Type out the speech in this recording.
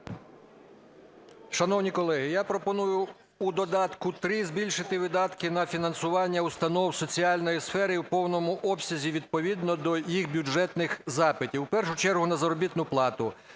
Шановні колеги, я пропоную у додатку 3 збільшити видатки на фінансування установ соціальної сфери в повному обсязі відповідно до їх бюджетних запитів, в першу чергу на заробітну плату,